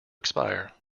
expire